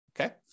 Okay